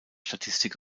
statistik